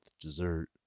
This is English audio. dessert